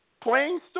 Plain